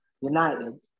United